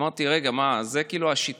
אמרתי: רגע, מה, זו השיטה?